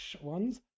ones